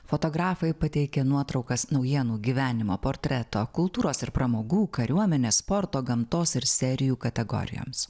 fotografai pateikė nuotraukas naujienų gyvenimo portreto kultūros ir pramogų kariuomenės sporto gamtos ir serijų kategorijoms